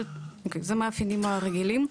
אבל זה המאפיינים הרגילים.